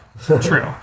true